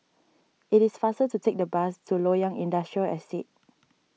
it is faster to take the bus to Loyang Industrial Estate